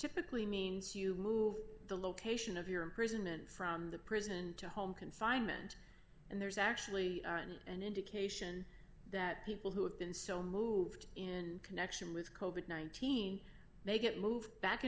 typically means you move the location of your imprisonment from the prison to home confinement and there's actually an indication that people who have been so moved in connection with covert nineteen may get moved back